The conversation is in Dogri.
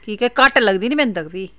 कि के घट्ट लगदी नां बिंदक फ्ही